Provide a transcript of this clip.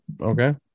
Okay